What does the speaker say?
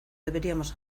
deberíamos